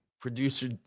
producer